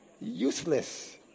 Useless